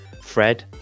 Fred